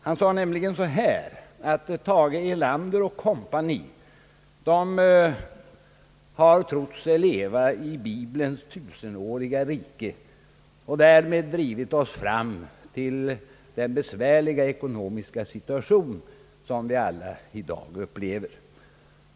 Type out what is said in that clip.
Han sade nämligen, att Tage Erlander och kompani har trott sig leva i bibelns tusenåriga rike och därmed drivit oss fram till den besvärliga ekonomiska situation, som vi i dag alla upplever.